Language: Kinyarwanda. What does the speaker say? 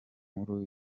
nkuru